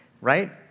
Right